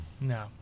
No